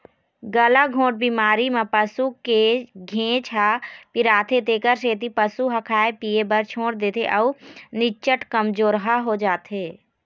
गलाघोंट बेमारी म पसू के घेंच ह पिराथे तेखर सेती पशु ह खाए पिए बर छोड़ देथे अउ निच्चट कमजोरहा हो जाथे